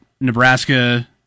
Nebraska